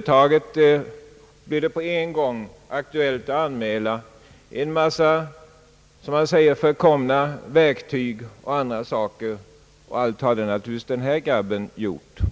Det blev på en gång aktuellt att anmäla en mängd, som man säger, förkomna verktyg och andra saker, som försvann från denna arbetsplats, och naturligtvis hade denne pojke, menade man, gjort detta.